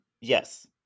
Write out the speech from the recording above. Yes